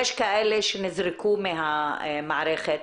יש כאלה שנזרקו מהמערכת.